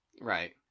Right